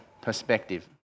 perspective